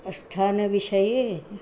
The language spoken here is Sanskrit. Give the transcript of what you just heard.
स्थानविषये